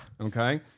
Okay